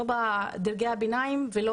לא בדרגי הביניים ולא